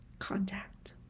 contact